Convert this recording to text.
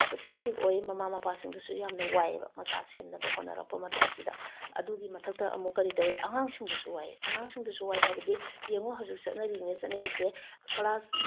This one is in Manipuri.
ꯑꯁꯨꯛꯀꯤ ꯃꯇꯤꯛ ꯑꯣꯏ ꯃꯃꯥ ꯃꯄꯥꯁꯤꯡꯗꯨꯁꯨ ꯌꯥꯝꯅ ꯋꯥꯏꯌꯦꯕ ꯃꯆꯥ ꯁꯦꯝꯅꯕ ꯍꯣꯠꯅꯔꯛꯄ ꯃꯇꯝꯁꯤꯗ ꯑꯗꯨꯒꯤ ꯃꯊꯛꯇ ꯑꯃꯨꯛ ꯀꯔꯤ ꯇꯧꯔꯦ ꯑꯉꯥꯡꯁꯤꯡꯗꯁꯨ ꯋꯥꯏ ꯑꯉꯥꯡꯁꯤꯡꯗꯁꯨ ꯋꯥꯏ ꯍꯥꯏꯕꯗꯤ ꯌꯦꯡꯉꯨ ꯍꯧꯖꯤꯛ ꯆꯠꯅꯔꯤꯅꯦꯅ ꯆꯠꯅꯔꯤꯁꯦ ꯀꯂꯥꯁ